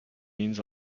means